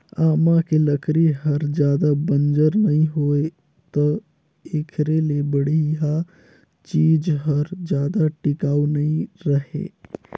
आमा के लकरी हर जादा बंजर नइ होय त एखरे ले बड़िहा चीज हर जादा टिकाऊ नइ रहें